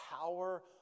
power